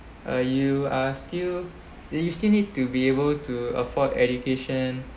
uh you are still you still need to be able to afford education